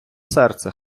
серце